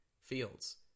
Fields